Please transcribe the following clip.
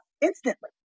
instantly